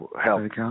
help